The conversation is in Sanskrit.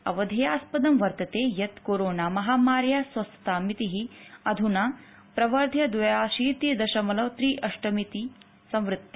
अवधेयं वर्तते यत् कोरोना महामार्याः स्वस्थतामितिः अध्ना प्रवर्ध्य द्वयाशीति दशमलव त्रिअष्टमिता संवृता